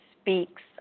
Speaks